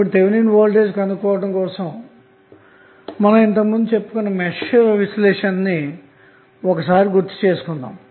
ఇప్పుడు థేవినిన్ విలువ కనుగొనుట కోసం మనం గతంలో చెప్పుకొన్న మెష్ విశ్లేషణ ను ఒకసారి గుర్తు చేసుకొందాము